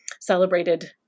celebrated